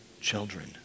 children